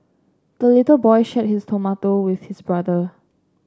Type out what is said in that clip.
the little boy shared his tomato with his brother